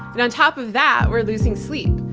and on top of that we're losing sleep.